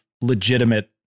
legitimate